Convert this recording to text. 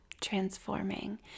transforming